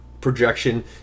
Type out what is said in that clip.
projection